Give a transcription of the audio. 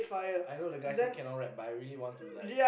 I know the guy say cannot rap but I really want to like